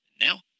Now